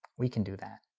we can do that.